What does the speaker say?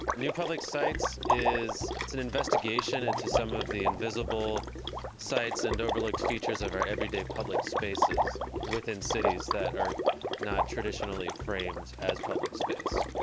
new public sites is, it's an investigation into some of the invisible sites and overlooked features of our everyday public spaces within cities that are not traditionally framed as public space.